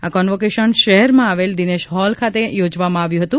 આ કોન્વોકેશન શહેરમાં આવેલા દિનેશ હોલ ખાતે યોજવામાં આવ્યું હતું